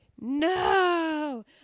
no